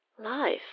life